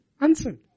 answer